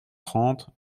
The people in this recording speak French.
trente